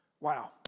Wow